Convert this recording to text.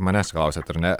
manęs klausiat ar ne